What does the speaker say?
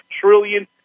trillion